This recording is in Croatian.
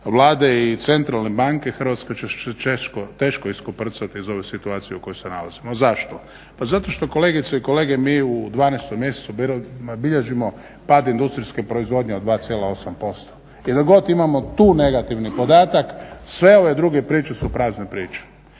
Vlade i Centralne banke Hrvatska će se teško iskoprcati iz ove situacije u kojoj se nalazi. Zašto? Pa zato što kolegice i kolege mi u 12. mjesecu bilježimo pad industrijske proizvodnje od 2,8%. I dok god imamo tu negativni podatak sve ove druge priče su prazne priče.